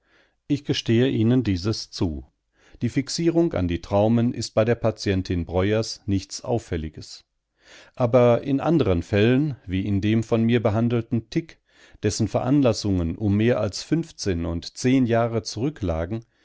ich gestehe ihnen dieses zu die fixierung an die traumen ist bei der patientin breuers nichts auffälliges aber in anderen fällen wie in dem von mir behandelten tic dessen veranlassungen um mehr als fünfzehn und zehn jahre zurücklagen